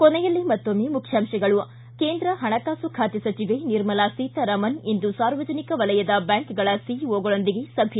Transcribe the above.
ಕೊನೆಯಲ್ಲಿ ಮತ್ತೊಮ್ಮೆ ಮುಖ್ಯಾಂಶಗಳು ್ಟಿ ಕೇಂದ್ರ ಹಣಕಾಸು ಖಾತೆ ಸಚಿವ ನಿರ್ಮಲಾ ಸೀತಾರಾಮನ್ ಇಂದು ಸಾರ್ವಜನಿಕ ವಲಯದ ಬ್ಯಾಂಕ್ಗಳ ಸಿಇಒಗಳೊಂದಿಗೆ ಸಭೆ